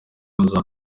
iyobowe